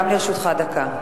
גם לרשותך דקה.